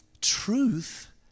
truth